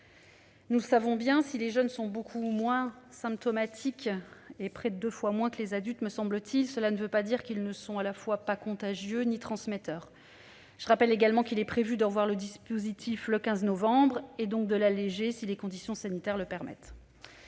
Nous le savons bien, si les jeunes sont beaucoup plus souvent asymptomatiques- près de deux fois plus que les adultes -, cela ne veut pas dire qu'ils ne sont pas contagieux ni transmetteurs. Je rappelle également qu'il est prévu de revoir le dispositif le 15 novembre et de l'alléger si les conditions sanitaires le permettent.